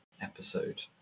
episode